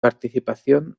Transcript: participación